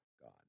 God